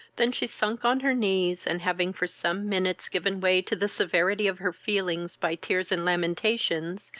than she sunk on her knees, and having for some minutes given way to the severity of her feelings by tears and lamentations,